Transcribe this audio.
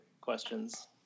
questions